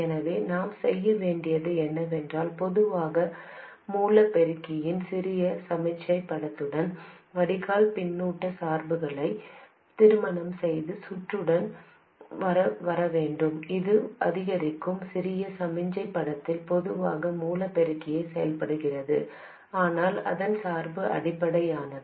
எனவே நாம் செய்ய வேண்டியது என்னவென்றால் பொதுவான மூல பெருக்கியின் சிறிய சமிக்ஞை படத்துடன் வடிகால் பின்னூட்ட சார்புகளை திருமணம் செய்து சுற்றுடன் வர வேண்டும் இது அதிகரிக்கும் சிறிய சமிக்ஞை படத்தில் பொதுவான மூல பெருக்கியாக செயல்படுகிறது ஆனால் அதன் சார்பு அடிப்படையானது